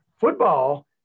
football